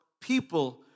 People